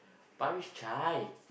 Parish-Chai